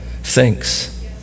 thinks